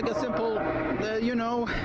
ah simple you know,